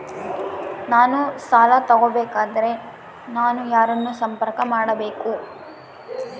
ನಾನು ಸಾಲ ತಗೋಬೇಕಾದರೆ ನಾನು ಯಾರನ್ನು ಸಂಪರ್ಕ ಮಾಡಬೇಕು?